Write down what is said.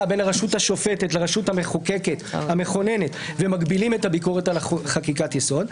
בין הרשות השופטת לרשות המכוננת ומגבילים את הביקורת על חקיקת היסוד,